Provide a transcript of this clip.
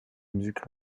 musique